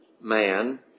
man